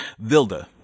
Vilda